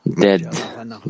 dead